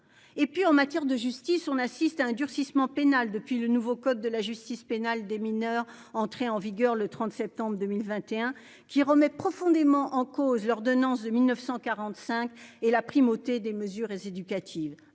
Et puis en matière de justice, on assiste à un durcissement pénal depuis le nouveau code de la justice pénale des mineurs, entré en vigueur le 30 septembre 2021, qui remet profondément en cause l'ordonnance de 1945 et la primauté des mesures et éducatives.